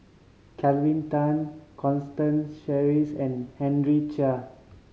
Kelvin Tan Constance Sheares and Henry Chia